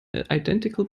identical